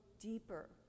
deeper